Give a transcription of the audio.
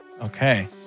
Okay